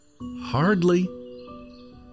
hardly